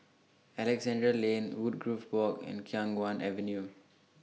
Alexandra Lane Woodgrove Walk and Khiang Guan Avenue